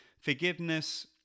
forgiveness